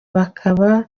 bakaba